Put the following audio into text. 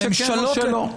או שכן או שלא.